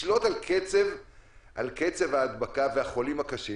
זה לשלוט על קצב ההדבקה והחולים הקשים